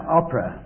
opera